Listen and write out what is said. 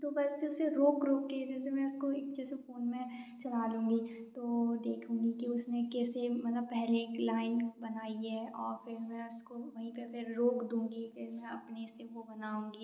तो बस उसे रोक रोक के जैसे मैं उसको जैसे फोन में चला लूँगी तो देखूँगी कि उसने कैसे मतलब पहले एक लाइन बनाई है और फिर मैं उसको वहीं पे पे रोक दूँगी फिर मैं अपने से वो बनाऊँगी